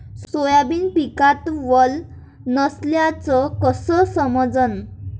Soybean पिकात वल नसल्याचं कस समजन?